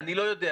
אני לא יודע.